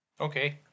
Okay